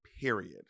period